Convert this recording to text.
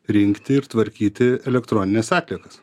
rinkti ir tvarkyti elektronines atliekas